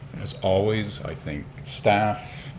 as always i thank staff,